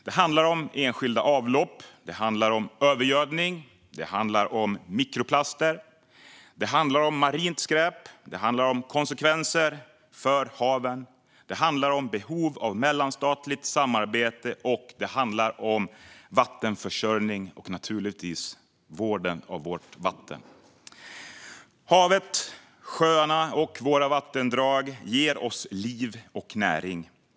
Det handlar om enskilda avlopp. Det handlar om övergödning. Det handlar om mikroplaster och marint skräp. Det handlar om konsekvenser för haven. Det handlar om behov av mellanstatligt samarbete, och det handlar om vattenförsörjning och naturligtvis vården av vårt vatten. Våra hav, sjöar och vattendrag ger oss liv och näring.